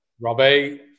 Robbie